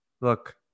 look